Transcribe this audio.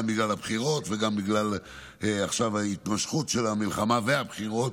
גם בגלל הבחירות וגם בגלל התמשכות המלחמה והבחירות.